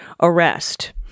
arrest